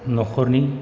न'खरनि